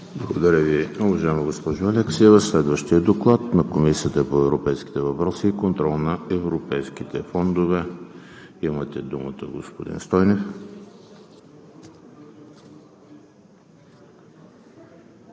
Благодаря Ви, уважаема госпожо Алексиева. Следващият доклад е на Комисията по европейските въпроси и контрол на европейските фондове. Имате думата, господин Стойнев.